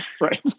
Right